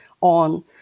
on